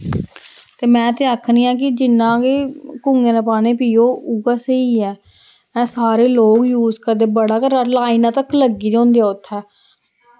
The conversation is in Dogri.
ते मैं ते आखनी ऐ कि जिन्ना के कुएं दा पानी पिओ उ'ऐ स्हेई ऐ हैं सारे लोक ओह् यूस करदे बड़ा गै लाइनां तक लग्गी दियां होंदियां उत्थै